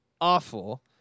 awful